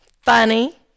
funny